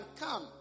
come